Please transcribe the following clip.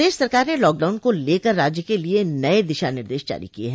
प्रदेश सरकार ने लॉकडाउन को लकर राज्य के लिए नये दिशा निर्देश जारी किये हैं